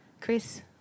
Chris